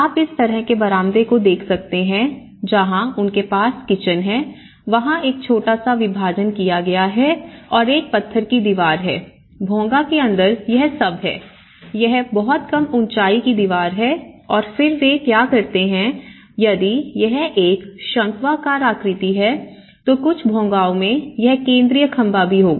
आप इस तरह के बरामदे को देख सकते हैं जहां उनके पास किचन है वहां एक छोटा सा विभाजन किया गया है और एक पत्थर की दीवार है भोंगा के अंदर यह सब है यह बहुत कम ऊंचाई की दीवार है और फिर वे क्या करते हैं यदि यह एक शंक्वाकार आकृति है तो कुछ भोंगाओं में यह केंद्रीय खंबा भी होगा